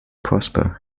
prosper